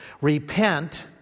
Repent